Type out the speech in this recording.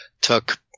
took –